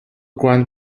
grand